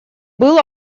был